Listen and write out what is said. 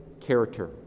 character